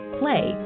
play